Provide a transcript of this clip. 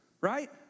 right